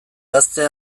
gazte